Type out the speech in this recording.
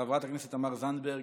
חברת הכנסת תמר זנדברג,